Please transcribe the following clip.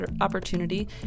opportunity